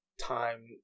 time